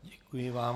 Děkuji vám.